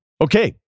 Okay